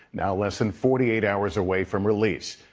now less than forty eight hours away from release.